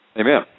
Amen